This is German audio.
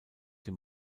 dem